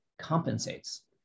compensates